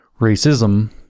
racism